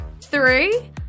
Three